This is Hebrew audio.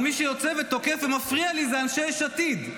אבל מי שיוצא, תוקף ומפריע לי זה אנשי יש עתיד.